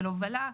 של הובלה,